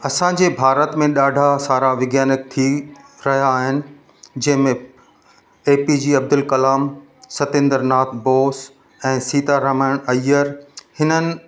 असांजे भारत में ॾाढा सारा विज्ञानिक थी रहिया आहिनि जंहिंमें A P J Abdul Kalam Satyendra Nath Bose ऐं सीता रामायण अय्यर हिननि